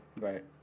Right